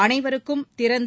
அனைவருக்கும் திறந்த